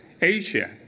Asia